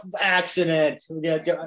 accident